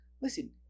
listen